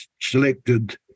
selected